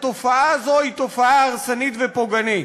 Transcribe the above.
התופעה הזאת היא תופעה הרסנית ופוגענית.